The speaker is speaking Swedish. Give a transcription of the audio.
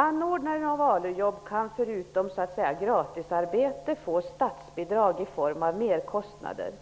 Anordnare av ALU-jobb kan förutom ''gratis arbetskraft'' få statsbidrag som täcker merkostnader.